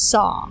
Saw